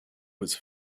was